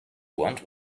want